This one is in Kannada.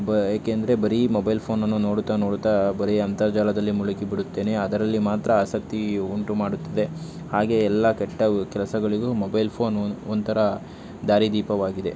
ಬ ಏಕೆಂದರೆ ಬರೇ ಮೊಬೈಲ್ ಫೋನನ್ನು ನೋಡುತ್ತಾ ನೋಡುತ್ತಾ ಬರೇ ಅಂತರ್ಜಾಲದಲ್ಲಿ ಮುಳುಗಿಬಿಡುತ್ತೇನೆ ಅದರಲ್ಲಿ ಮಾತ್ರ ಆಸಕ್ತಿ ಉಂಟು ಮಾಡುತ್ತದೆ ಹಾಗೇ ಎಲ್ಲ ಕೆಟ್ಟ ಕೆಲಸಗಳಿಗೂ ಮೊಬೈಲ್ ಫೋನ್ ಒಂಥರ ದಾರಿದೀಪವಾಗಿದೆ